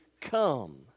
come